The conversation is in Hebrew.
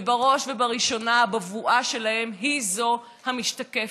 ובראש ובראשונה הבבואה שלהם היא זו המשתקפת,